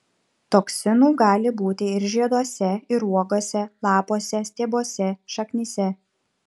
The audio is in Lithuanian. toksinų gali būti ir žieduose ir uogose lapuose stiebuose šaknyse